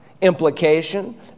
Implication